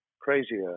crazier